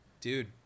Dude